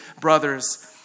brothers